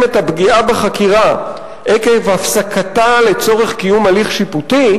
את הפגיעה בחקירה עקב הפסקתה לצורך קיום הליך שיפוטי,